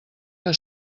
que